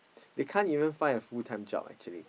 they can't even find a full time job actually